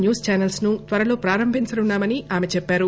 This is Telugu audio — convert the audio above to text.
న్యూస్ ఛానల్ప్ ను త్వరలో ప్రారంభించనున్నా మని ఆమె చెప్పారు